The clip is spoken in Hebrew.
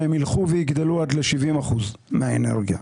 והם ילכו ויגדלו עד ל-70% מהאנרגיה.